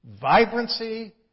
Vibrancy